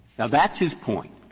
now that's his point.